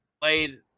played